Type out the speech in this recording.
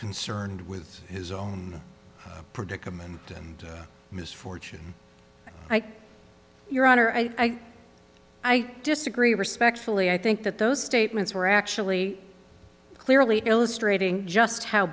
concerned with his own predicament and misfortune like your honor i i disagree respectfully i think that those statements were actually clearly illustrating just how